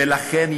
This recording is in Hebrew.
ולכן,